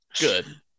Good